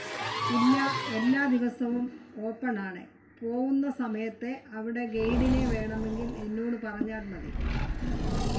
ഇല്ല എല്ലാ ദിവസവും ഓപ്പണാണ് പോവുന്ന സമയത്ത് അവിടെ ഗൈഡിനെ വേണമെങ്കിൽ എന്നോട് പറഞ്ഞാൽ മതി